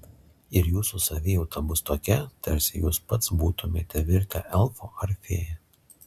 ir jūsų savijauta bus tokia tarsi jūs pats būtumėte virtę elfu ar fėja